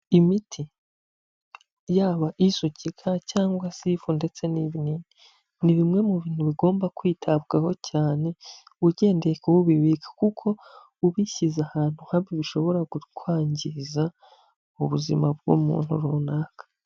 Imiti yaba isukikwa cyangwa se ifunikwa ndetse ni bimwe mu bintu bigomba kwitabwaho cyane ugendeye ku ubibika kuko ubishyize ahantu habi bishobora kukwangiza ubuzima bw'umuntu runaka.